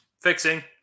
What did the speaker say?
Fixing